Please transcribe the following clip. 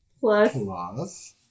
plus